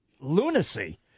lunacy